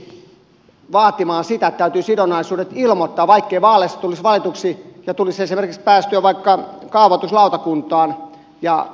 tullaanko jatkossa esimerkiksi vaatimaan sitä että täytyy sidonnaisuudet ilmoittaa vaikkei vaaleissa tulisi valituksi ja tulisi esimerkiksi päästyä vaikka kaavoituslautakuntaan ja näinpäin pois